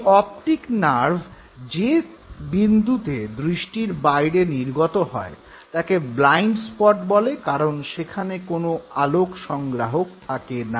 এই optic nerve যে বিন্দুতে দৃষ্টির বাইরে নির্গত হয় তাকে ব্লাইন্ড স্পট বলে কারন সেখানে কোনো আলোকসংগ্রাহক থাকে না